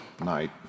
night